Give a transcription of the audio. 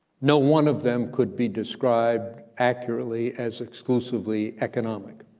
no one of them could be described accurately as exclusively economic,